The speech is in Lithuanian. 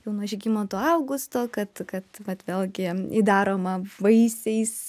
jau nuo žygimanto augusto kad kad vat vėlgi įdaroma vaisiais